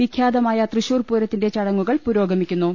വിഖ്യാതമായ് തൃശൂർപൂരത്തിന്റെ ചടങ്ങുകൾ പുരോഗമിക്കു ന്നു